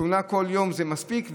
תאונה כל יום זה מספיק,